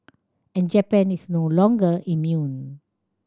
and Japan is no longer immune